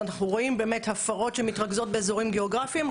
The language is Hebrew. רואים באמת הפרות שמתרכזות באזורים גיאוגרפים.